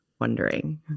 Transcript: wondering